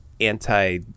anti